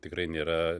tikrai nėra